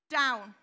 down